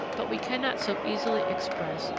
but we cannot so easily express,